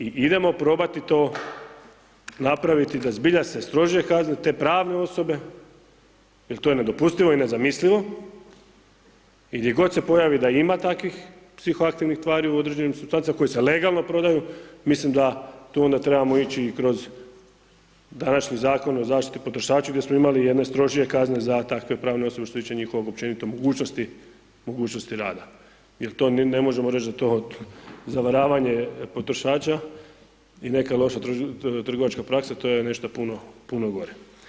I idemo probati to napraviti da zbilja se strože kazne te pravne osobe, jer to je nedopustivo i nezamislivo i gdje god se pojavi da ima takvih psihoaktivnih tvari u određenim supstancama koje se legalno prodaju, mislim da tu onda trebamo ići i kroz današnji Zakon o zaštiti potrošača gdje smo imali jedne strožije kazne za takve pravne osobe što se tiče njihovog općenito mogućnosti, mogućnosti rada, jer to ne možemo reć da to zavaravanje potrošača i neka loša trgovačka praksa to je nešto puno, puno gore.